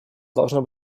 должно